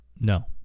No